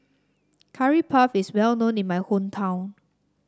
Curry Puff is well known in my hometown